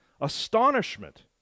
astonishment